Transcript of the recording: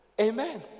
Amen